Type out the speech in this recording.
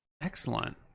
Excellent